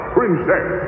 Princess